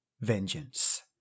Vengeance